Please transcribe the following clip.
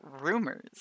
rumors